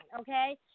okay